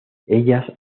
ellas